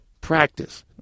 practice